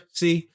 see